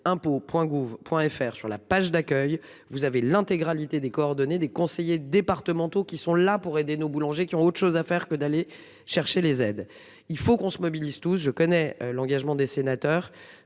gouv Point FR sur la page d'accueil vous avez l'intégralité des coordonnées des conseillers départementaux qui sont là pour aider nos boulangers qui ont autre chose à faire que d'aller chercher les aides. Il faut qu'on se mobilise tous je connais l'engagement des sénateurs.